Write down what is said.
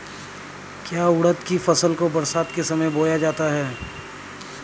क्या उड़द की फसल को बरसात के समय बोया जाता है?